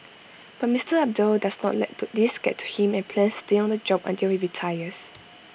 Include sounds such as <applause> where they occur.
but Mister Abdul does not let <unintelligible> these get to him and plans to stay on the job until he retires